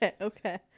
Okay